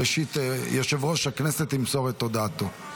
ראשית, יושב-ראש ועדת הכנסת ימסור את הודעתו.